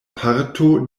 parto